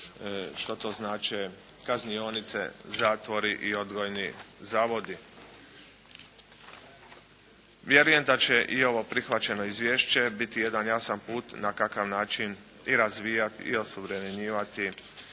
što to znače kaznionice, zatvori i odgojni zavodi. Vjerujem da će i ovo prihvaćeno izvješće biti jedan jasan put na kakav način i razvijati i osuvremenjivati